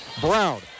Brown